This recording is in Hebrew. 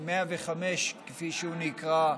כפי שהוא נקרא,